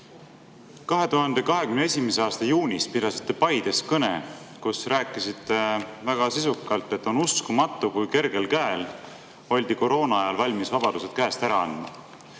2021. aasta juunis pidasite te Paides kõne, kus rääkisite väga sisukalt, et on uskumatu, kui kergel käel oldi koroonaajal valmis vabadusi käest ära andma.